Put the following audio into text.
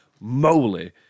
moly